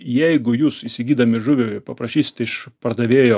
jeigu jūs įsigydami žuvį paprašysite iš pardavėjo